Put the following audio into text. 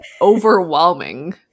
overwhelming